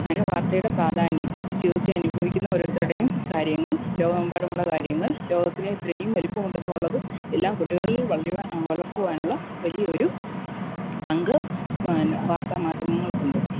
അങ്ങനെ വാർത്തയുടെ പ്രാധാന്യം നിത്യ ജീവിതത്തിൽ അനുഭവിക്കുന്ന ഓരോരുത്തരുടെയും കാര്യങ്ങൾ ലോകമെമ്പാടുമുള്ള കാര്യങ്ങൾ ലോകത്തിന് ഇത്രയും വലിപ്പം ഉണ്ടെന്ന് ഉള്ളത് എല്ലാം കുട്ടികളിൽ വളരുക വളർത്തുവാനുള്ള വലിയൊരു പങ്ക് വാർത്താ മാധ്യമങ്ങൾക്കുണ്ട്